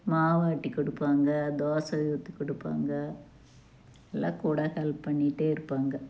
மாவு ஆட்டி கொடுப்பாங்க தோசை ஊற்றி கொடுப்பாங்க எல்லாம் கூட ஹெல்ப் பண்ணிகிட்டே இருப்பாங்க